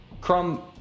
Crumb